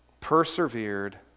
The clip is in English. persevered